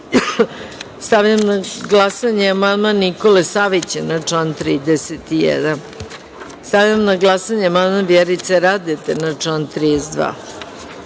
27.Stavljam na glasanje amandman Nikole Savića na član 31.Stavljam na glasanje amandman Vjerice Radete na član